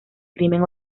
crimen